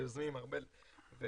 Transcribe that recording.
ליוזמים ארבל וקלנר,